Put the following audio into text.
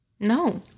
No